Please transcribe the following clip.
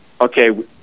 okay